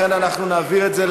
לכן אנחנו נעביר את זה,